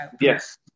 Yes